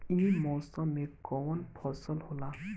ई मौसम में कवन फसल होला?